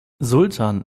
sultan